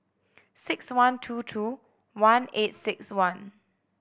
six one two two one eight six one